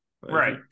right